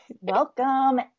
Welcome